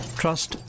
trust